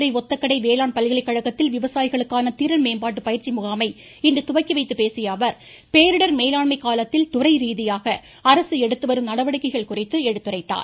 மதுரை ஒத்தக்கடை வேளாண் பல்கலைகழகத்தில் விவசாயிகளுக்கான திறன்மேம்பாட்டு பயிற்சி முகாமை இன்று துவக்கிவைத்து பேசிய அவர் பேரிடர் மேலாண்மை காலத்தில் துறை ரீதியாக அரசு எடுத்துவரும் நடவடிக்கைகள் குறித்து எடுத்துரைத்தார்